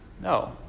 No